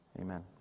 Amen